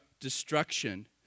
destruction